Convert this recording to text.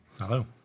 Hello